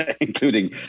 including